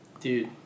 Dude